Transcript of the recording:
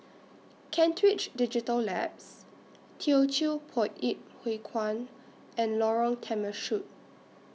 Kent Ridge Digital Labs Teochew Poit Ip Huay Kuan and Lorong Temechut